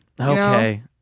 Okay